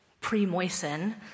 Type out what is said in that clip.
pre-moisten